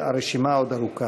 והרשימה עוד ארוכה.